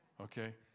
Okay